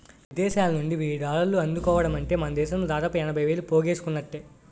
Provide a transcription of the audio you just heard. విదేశాలనుండి వెయ్యి డాలర్లు అందుకోవడమంటే మనదేశంలో దాదాపు ఎనభై వేలు పోగేసుకున్నట్టే